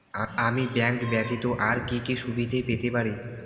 আমি ব্যাংক ব্যথিত আর কি কি সুবিধে পেতে পারি?